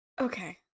Okay